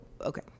okay